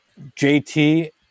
JT